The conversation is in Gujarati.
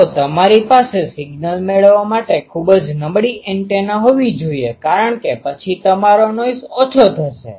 તો તમારી પાસે સિગ્નલ મેળવવા માટે ખૂબ જ નબળી એન્ટેના હોવી જોઈએ કારણ કે પછી તમારો નોઈસ ઓછો થશે